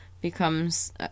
becomes